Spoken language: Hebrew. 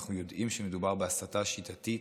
ואנחנו יודעים שמדובר בהסתה שיטתית.